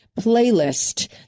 playlist